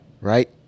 Right